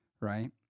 right